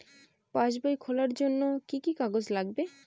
পাসবই খোলার জন্য কি কি কাগজ লাগবে?